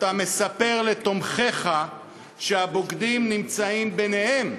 אתה מספר לתומכיך שהבוגדים נמצאים ביניהם,